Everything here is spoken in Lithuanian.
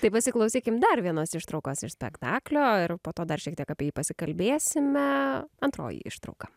tai pasiklausykim dar vienos ištraukos iš spektaklio ir po to dar šiek tiek apie jį pasikalbėsime antroji ištrauka